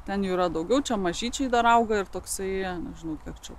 ten yra daugiau čia mažyčiai dar auga ir toksai žinai kad šių